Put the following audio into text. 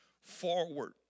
forward